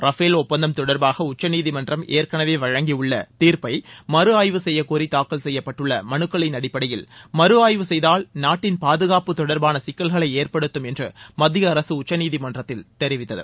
Rafale ஒப்பந்தம் தொடர்பாக உச்சநீதிமன்றம் ஏற்கனவே வழங்கியுள்ள தீர்ப்பை மறு அய்வு செய்யக்கோரி தாக்கல் செய்யப்பட்டுள்ள மனுக்களின் அடிப்படையில் மறு ஆய்வு செய்தால் நாட்டின் பாதுகாப்பு தொடர்பான சிக்கல்களை ஏற்படுத்தும் என்று மத்திய அரசு உச்சநீதிமன்றத்தில் தெரிவித்தது